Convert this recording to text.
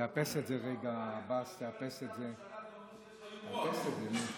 תאפס את זה רגע, עבאס, תאפס את זה, אם הוא